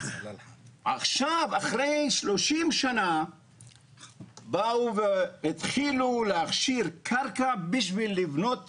עכשיו אחרי 30 שנה באו והתחילו להכשיר קרקע בשביל לבנות